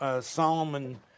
Solomon